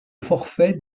forfait